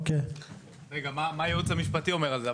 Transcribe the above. מה הייעוץ המשפטי אומר על זה?